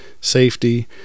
safety